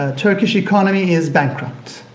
ah turkish economy is bankrupt.